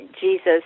Jesus